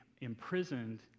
imprisoned